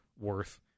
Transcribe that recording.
worth